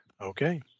Okay